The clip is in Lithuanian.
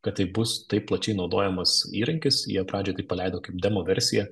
kad tai bus taip plačiai naudojamas įrankis jie pradžioj tai paleido kaip demo versiją